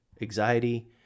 Anxiety